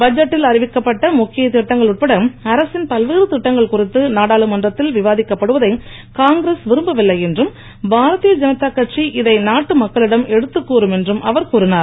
பட்ஜெட்டில் அறிவிக்கப்பட்ட முக்கிய திட்டங்கள் உட்பட அரசின் பல்வேறு திட்டங்கள் குறித்து நாடாளுமன்றத்தில் விவாதிக்கப்படுவதை காங்கிரஸ் விரும்பவில்லை என்றும் பாராதிய ஜனதா கட்சி இதை நாட்டு மக்களிடம் எடுத்துக் கூறும் என்றும் அவர் கூறினார்